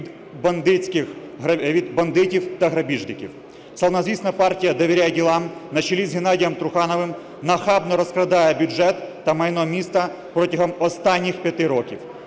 від бандитів та грабіжників. Славнозвісна партія "Довіряй ділам" на чолі з Геннадієм Трухановим нахабно розкрадає бюджет та майно міста протягом останніх 5 років.